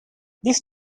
these